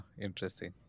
interesting